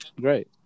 great